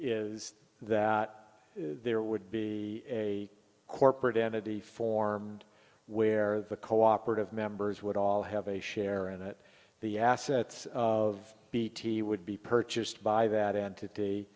is that there would be a corporate entity formed where the cooperative members would all have a share and that the assets of bt would be purchased by that entity